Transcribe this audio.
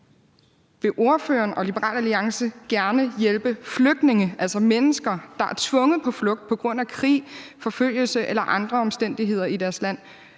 Vil ordføreren og Liberal Alliance gerne hjælpe flygtninge, altså mennesker, der er tvunget på flugt på grund af krig, forfølgelse eller andre omstændigheder i deres land?